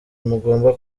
mugomba